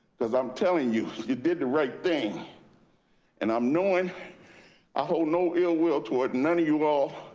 because i'm telling you, you did the right thing and i'm knowing i hold no ill will toward none of you all.